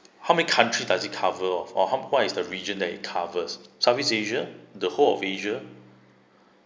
how many country does it cover of or how what is the region that it covers southeast asia the whole of asia